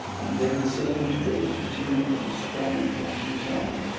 and then seemed to be continued in a strange rushing sound,